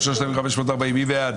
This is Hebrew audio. מי נגד?